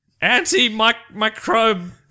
Anti-microbe